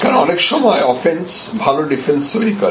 কারণ অনেক সময় অফেন্স ভালো ডিফেন্স তৈরি করে